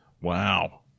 Wow